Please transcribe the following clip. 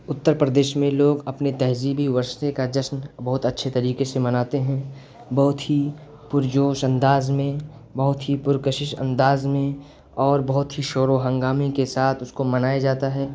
اتر پردیش میں لوگ اپنے تہذیبی ورثے کا جشن بہت اچّھے طریقے سے مناتے ہیں بہت ہی پرجوش انداز میں بہت ہی پرکشش انداز میں اور بہت ہی شور و ہنگامے کے ساتھ اس کو منایا جاتا ہے